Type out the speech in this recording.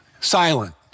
silent